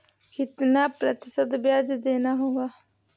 कितना प्रतिशत ब्याज देना होगा?